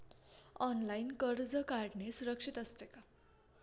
Online कर्ज काढणे सुरक्षित असते का?